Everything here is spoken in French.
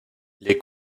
les